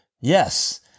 Yes